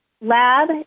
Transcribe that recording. lab